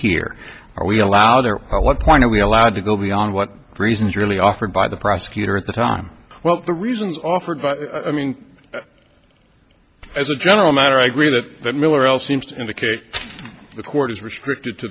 here are we allowed or what point are we allowed to go beyond what reasons really offered by the prosecutor at the time well the reasons offered but i mean as a general matter i agree that the miller l seems to indicate the court is restricted to